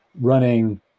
running